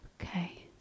Okay